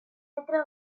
metro